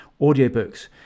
audiobooks